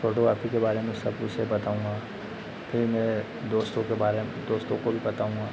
photocopy के बारे में सब उसे बताऊँगा फिर मैं दोस्तों के बारे में दोस्तों को भी बताऊँगा